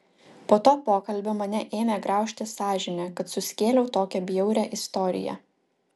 po to pokalbio mane ėmė graužti sąžinė kad suskėliau tokią bjaurią istoriją